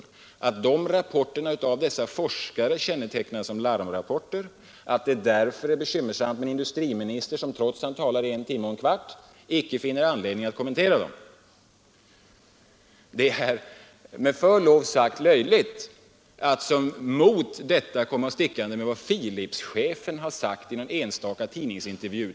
Och jag sade att rapporterna från dessa forskare var att betrakta som larmrapporter och att det därför är bekymmersamt med en industriminister, som trots att han talade i 1 timme 15 minuter inte finner anledning kommentera dem. Det är, med förlov sagt, löjligt att då komma stickande med vad Philipschefen sagt i en tidningsintervju.